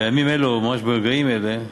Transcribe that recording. בימים אלה, וממש ברגעים אלה,